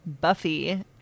Buffy